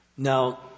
Now